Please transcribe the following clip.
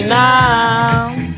now